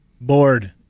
Bored